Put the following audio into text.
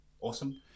awesome